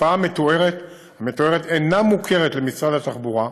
התופעה המתוארת אינה מוכרת למשרד התחבורה,